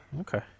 Okay